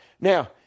Now